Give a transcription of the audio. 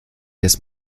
des